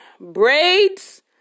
Braids